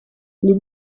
les